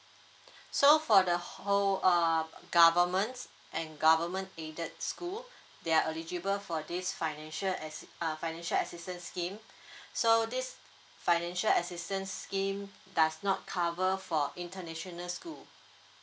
so for the whole uh government and government aided school they are eligible for this financial assi~ uh financial assistance scheme so this financial assistant scheme does not cover for international school